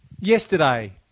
Yesterday